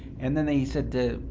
and then they said,